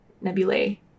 nebulae